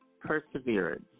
Perseverance